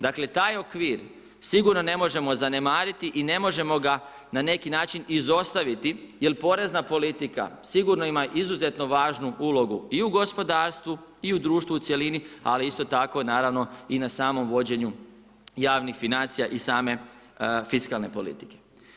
Dakle taj okvir sigurno ne možemo zanemariti i ne možemo ga na neki način izostaviti jer porezna politika sigurno ima izuzetno važnu ulogu i u gospodarstvu i u društvu u cjelini, ali isto tako naravno i na samom vođenju javnih financija i same fiskalne politike.